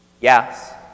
yes